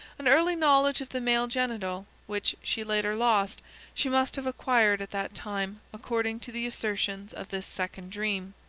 an early knowledge of the male genital which she later lost she must have acquired at that time according to the assertions of this second dream.